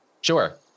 Sure